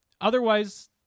otherwise